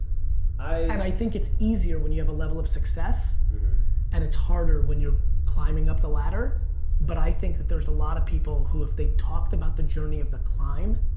i think it's easier when you have a level of success and it's harder when you're climbing up the ladder but i think that there's a lot of people who if they talked about the journey of the climb,